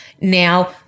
Now